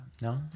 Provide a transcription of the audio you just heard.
no